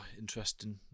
interesting